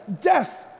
death